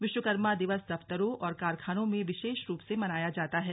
विश्वकर्मा दिवस दफ्तरों और कारखानों में विशेष रूप से मनाया जाता है